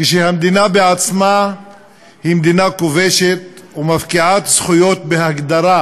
כשהמדינה עצמה היא מדינה כובשת ומפקיעת זכויות בהגדרה,